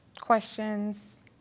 questions